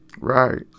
right